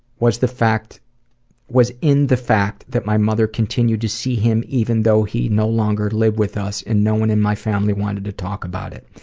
was the fact was in the fact that my mother continued to see him, even though he no longer lived with us, and no one in my family wanted to talk about it.